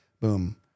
Boom